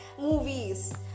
movies